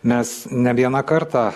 mes ne vieną kartą